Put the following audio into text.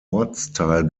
ortsteil